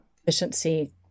efficiency